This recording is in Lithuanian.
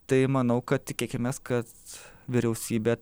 tai manau kad tikėkimės kad vyriausybė